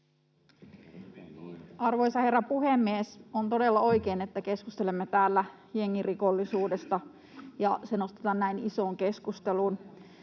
Arvoisa herra puhemies! On todella oikein, että keskustelemme täällä jengirikollisuudesta ja se nostetaan näin isoon keskusteluun,